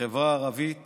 בחברה הערבית